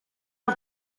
auf